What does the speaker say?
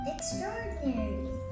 Extraordinary